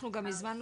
אנחנו גם הזמנו